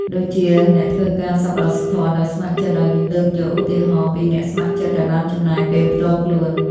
ដូចជា អ្នកធ្វើការសប្បុរសធម៌ដោយស្ម័គ្រចិត្ត ដោយលើកយកឧទាហរណ៍ពីអ្នកស្ម័គ្រចិត្តដែលបានចំណាយពេលផ្ទាល់ខ្លួន។